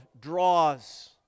draws